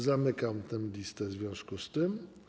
Zamykam tę listę w związku z tym.